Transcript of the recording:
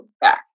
back